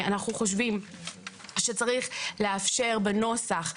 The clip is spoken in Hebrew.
אנחנו חושבים שצריך לאפשר בנוסח,